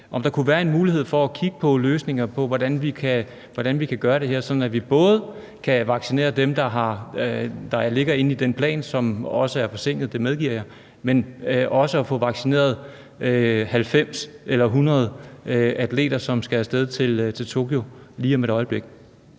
om der kunne være en mulighed for at kigge på løsninger på, hvordan vi kan gøre det her, sådan at vi både kan vaccinere dem, der er indplaceret i den plan, som også er forsinket – det medgiver jeg – men også få vaccineret 90 eller 100 atleter, som skal af sted til Tokyo lige om et øjeblik?